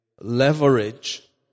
leverage